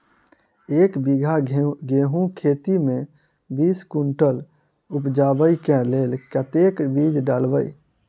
एक बीघा गेंहूँ खेती मे बीस कुनटल उपजाबै केँ लेल कतेक बीज डालबै?